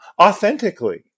Authentically